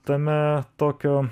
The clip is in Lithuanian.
tame tokio